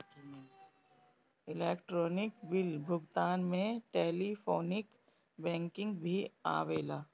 electronic bill भुगतान में telephonic banking भी आवेला